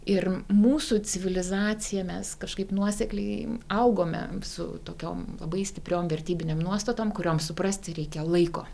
ir mūsų civilizacija mes kažkaip nuosekliai augome su tokiom labai stipriom vertybinėm nuostatom kuriom suprasti reikia laiko